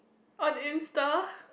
on Insta